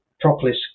propolis